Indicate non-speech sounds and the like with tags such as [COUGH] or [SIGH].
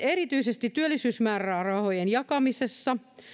[UNINTELLIGIBLE] erityisesti työllisyysmäärärahojen jakamisessa